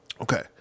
Okay